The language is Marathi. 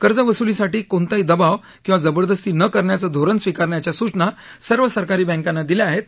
कर्ज वसुलीसाठी कोणताही दबाव किंवा जबरदस्ती न करण्याचं धोरण स्वीकारण्याच्या सूचना सर्व सरकारी बँकांना दिल्या आहेत असं त्या म्हणाल्या